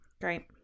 Great